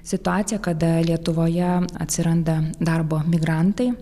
situaciją kada lietuvoje atsiranda darbo migrantai